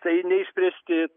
tai neišspręsti